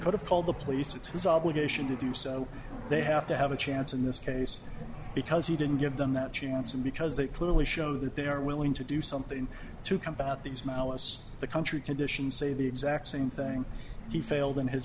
could have called the police it's his obligation to do so they have to have a chance in this case because he didn't give them that chance and because they clearly show that they are willing to do something to combat these malice the country conditions say the exact same thing he failed in his